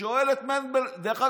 דרך אגב,